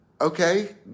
okay